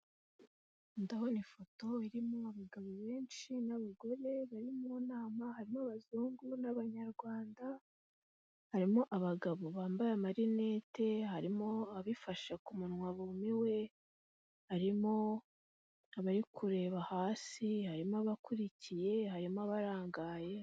Ndabona ifoto irimo abagabo benshi n'abagore bari mu nama, harimo abazungu n'abanyarwanda, harimo abagabo bambaye amalinete, harimo abifashe ku munwa bumiwe, harimo abari kureba hasi, harimo abakurikiye, harimo abarangaye.